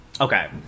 Okay